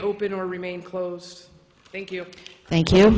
open or remain closed thank you thank you